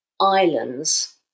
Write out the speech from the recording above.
islands